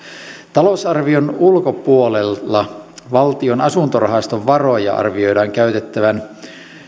talousarvion ulkopuolella näiden äsken mainittujen lisäksi valtion asuntorahaston varoja arvioidaan käytettävän